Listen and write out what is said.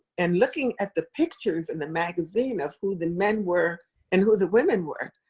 and looking at the pictures in the magazine of who the men were and who the women were.